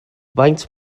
faint